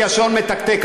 כי השעון מתקתק,